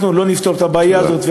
אנחנו לא נפתור את הבעיה הזאת,